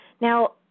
Now